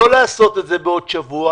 לא לעשות את זה בעוד שבוע.